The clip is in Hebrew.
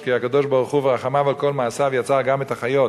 כי הקדוש-ברוך-הוא ברחמיו על כל מעשיו יצר גם את החיות,